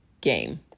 game